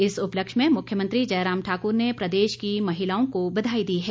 इस उपलक्ष्य में मुख्यमंत्री जयराम ठाकुर ने प्रदेश की महिलाओं को बधाई दी है